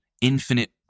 infinite